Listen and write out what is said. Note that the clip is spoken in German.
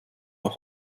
mehr